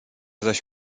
zaś